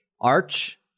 arch